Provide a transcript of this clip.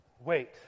Wait